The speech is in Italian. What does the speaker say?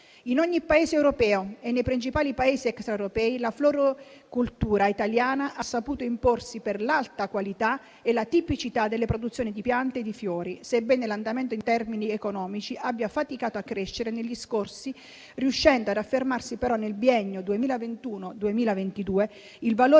In ogni Paese europeo e nei principali Paesi extraeuropei, la floricoltura italiana ha saputo imporsi per l'alta qualità e la tipicità delle produzioni di piante e di fiori. Sebbene l'andamento in termini economici abbia faticato a crescere negli scorsi anni, riuscendo ad affermarsi però nel biennio 2021-2022, il valore